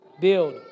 Build